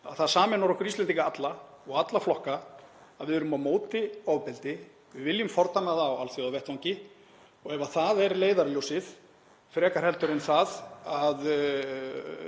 að það sameinar okkur Íslendinga alla og alla flokka að við erum á móti ofbeldi, við viljum fordæma það á alþjóðavettvangi. Ef það er leiðarljósið frekar en það að